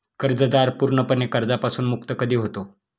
कर्जदार पूर्णपणे कर्जापासून मुक्त कधी होतो?